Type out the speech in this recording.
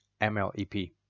MLEP